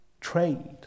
trade